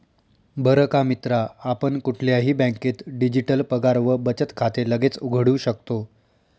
बर का मित्रा आपण कुठल्याही बँकेत डिजिटल पगार व बचत खाते लगेच उघडू शकतो